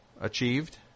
achieved